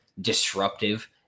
disruptive